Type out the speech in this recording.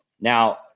Now